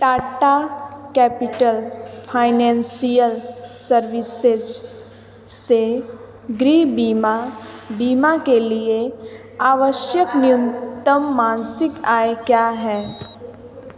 Tata capital financial services से गृह बीमा बीमा के लिए आवश्यक न्यूनतम मासिक आय क्या है